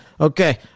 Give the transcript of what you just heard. Okay